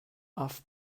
off